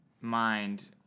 mind